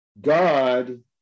God